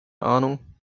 ahnung